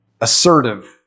assertive